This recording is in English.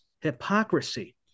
hypocrisy